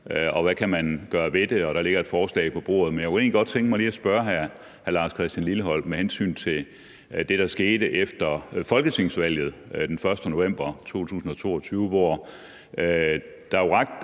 og hvad man kan gøre ved det. Og der ligger et forslag på bordet. Men jeg kunne egentlig godt tænke mig lige at spørge hr. Lars Christian Lilleholt med hensyn til det, der skete efter folketingsvalget den 1. november 2022, hvor der jo ret